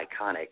iconic